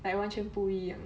like 完全不一样